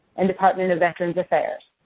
and department of veteran's affairs.